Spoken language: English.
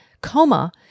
coma